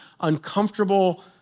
uncomfortable